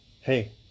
Hey